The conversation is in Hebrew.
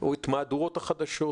או את מהדורות החדשות,